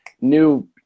new